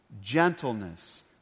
gentleness